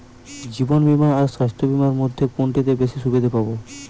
জীবন বীমা আর স্বাস্থ্য বীমার মধ্যে কোনটিতে বেশী সুবিধে পাব?